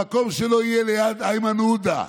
המקום שלו יהיה ליד איימן עודה.